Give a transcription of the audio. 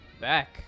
Back